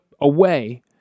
away